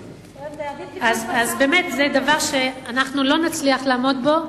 זה דבר שאנחנו לא נצליח לעמוד בו,